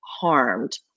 harmed